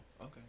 okay